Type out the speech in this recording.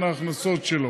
במבחן ההכנסות שלו.